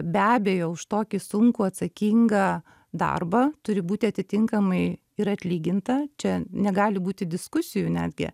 be abejo už tokį sunkų atsakingą darbą turi būti atitinkamai ir atlyginta čia negali būti diskusijų netgi